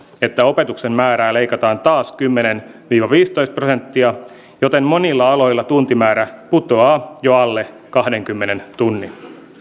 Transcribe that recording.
että opetuksen määrää leikataan taas kymmenen viiva viisitoista prosenttia joten monilla aloilla tuntimäärä putoaa jo alle kahteenkymmeneen tuntiin